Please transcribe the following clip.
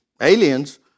aliens